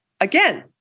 again